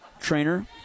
trainer